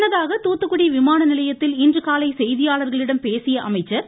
முன்னதாக தூத்துக்குடி விமான நிலையத்தில் இன்று செய்தியாளர்களிடம் பேசிய அமைச்சர் திரு